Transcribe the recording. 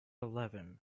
eleven